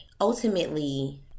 ultimately